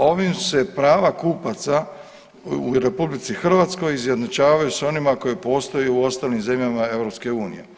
Ovim se prava kupaca u RH izjednačavaju s onima koja postoje u ostalim zemljama EU.